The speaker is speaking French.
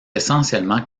essentiellement